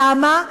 למה?